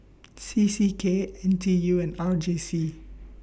C C K N T U and R J C